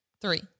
three